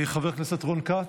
חבר הכנסת רון כץ,